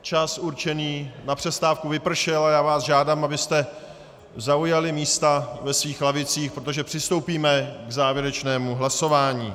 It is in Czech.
Čas určený na přestávku vypršel a já vás žádám, abyste zaujali místa ve svých lavicích, protože přistoupíme k závěrečnému hlasování.